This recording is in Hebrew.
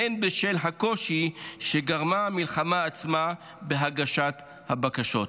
והן בשל הקושי שגרמה המלחמה עצמה בהגשת הבקשות.